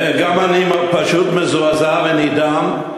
גם אני פשוט מזועזע ונדהם.